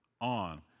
on